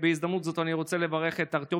ובהזדמנות זאת אני רוצה לברך את ארטיום